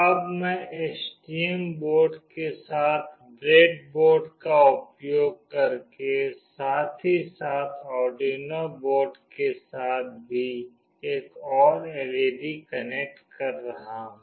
अब मैं STM board के साथ ब्रेडबोर्ड का उपयोग करके साथ ही साथ आर्डुइनो बोर्ड के साथ भी एक और एलईडी कनेक्ट कर रही हूं